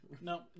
No